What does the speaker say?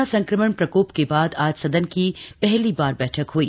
corona संक्रमण प्रकोप के बाद आज सदन की पहली बार बैठक हई